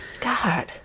God